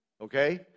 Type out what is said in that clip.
Okay